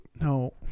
no